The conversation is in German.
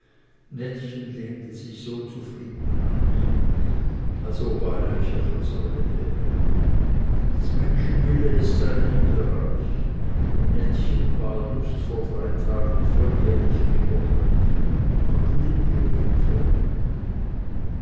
nettchen lehnte sich so zufrieden an ihn als ob er eine kirchensäule wäre denn des menschen wille ist sein himmelreich und nettchen war just vor drei tagen volljährig geworden und konnte dem ihrigen folgen